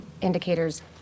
indicators